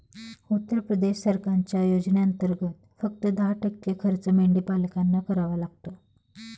उत्तर प्रदेश सरकारच्या योजनेंतर्गत, फक्त दहा टक्के खर्च मेंढीपालकांना करावा लागतो